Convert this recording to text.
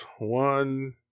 one